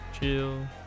chill